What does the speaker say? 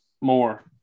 more